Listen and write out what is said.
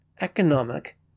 economic